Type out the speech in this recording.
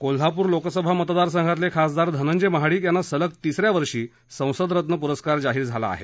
कोल्हापूर लोकसभा मतदार संघातले खासदार धनंजय महाडिक यांना सलग तिसऱ्या वर्षी संसदरत्न पुरस्कार जाहीर झाला आहे